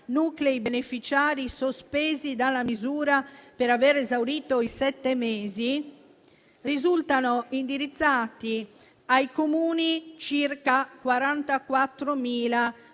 nuclei beneficiari sospesi dalla misura per avere esaurito i sette mesi, risultano indirizzati ai Comuni circa 44.000